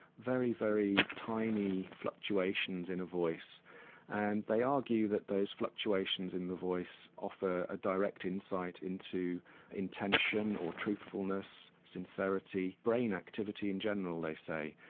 very, very tiny fluctuations in a voice and they argue that those fluctuations in the voice offer a direct insight into intention or truthfulness, sincerity and brain activity in general they say.